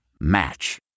match